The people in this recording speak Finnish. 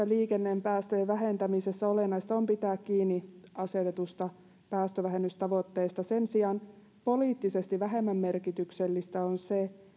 liikenteen päästöjen vähentämisessä olennaista on pitää kiinni asetetusta päästövähennystavoitteesta sen sijaan poliittisesti vähemmän merkityksellistä on se